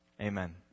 amen